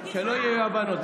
שלא יהיו אי-הבנות,